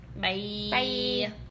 Bye